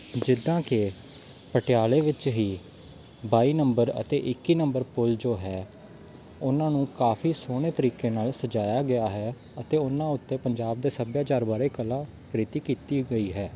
ਜਿੱਦਾਂ ਕਿ ਪਟਿਆਲੇ ਵਿੱਚ ਹੀ ਬਾਈ ਨੰਬਰ ਅਤੇ ਇੱਕੀ ਨੰਬਰ ਪੁੱਲ ਜੋ ਹੈ ਉਹਨਾਂ ਨੂੰ ਕਾਫ਼ੀ ਸੋਹਣੇ ਤਰੀਕੇ ਨਾਲ ਸਜਾਇਆ ਗਿਆ ਹੈ ਅਤੇ ਉਹਨਾਂ ਉੱਤੇ ਪੰਜਾਬ ਦੇ ਸੱਭਿਆਚਾਰ ਬਾਰੇ ਕਲਾਕ੍ਰਿਤੀ ਕੀਤੀ ਗਈ ਹੈ